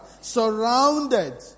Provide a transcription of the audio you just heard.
surrounded